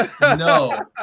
No